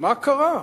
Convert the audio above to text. מה קרה?